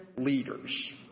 leaders